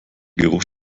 geruch